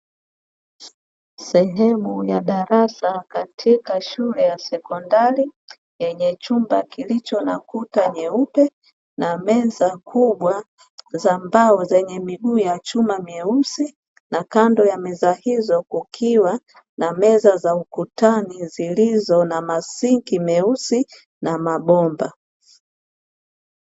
Sehemu ya darasa katika shule ya sekondari yenye chumba kilicho na kuta nyeupe na meza kubwa za mbao zenye miguu ya chuma meusi na kando ya meza kukiwa na meza za ukutani zilizo na masinki meusi na mabomba.